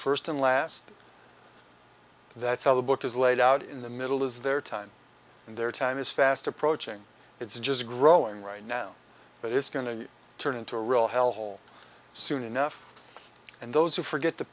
first and last that's how the book is laid out in the middle is their time and their time is fast approaching it's just growing right now but it's going to turn into a real hell hole soon enough and those who forget the